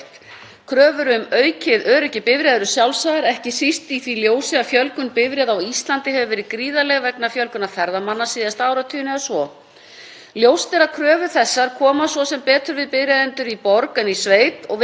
Ljóst er að kröfu þessar koma betur við bifreiðaeigendur í borg en í sveit og vegur þar þyngst sú hætta að eiga yfir höfði sér akstursbann í stað endurskoðunar fjarri heimili sínu með þeim kostnaði sem af því hlýst.